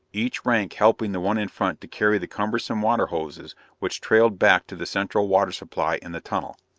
each rank helping the one in front to carry the cumbersome water-hoses which trailed back to the central water supply in the tunnel.